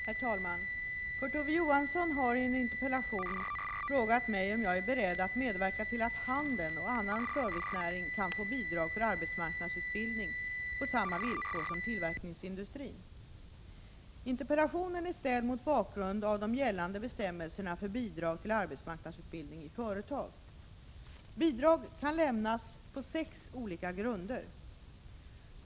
Herr talman! Kurt Ove Johansson har i en interpellation frågat mig om jag är beredd att medverka till att handeln och annan servicenäring kan få bidrag för arbetsmarknadsutbildning på samma villkor som tillverkningsindustrin. Interpellationen är ställd mot bakgrund av de gällande bestämmelserna för bidrag till arbetsmarknadsutbildning i företag. Bidrag kan lämnas på sex olika grunder.